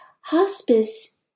Hospice